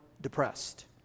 depressed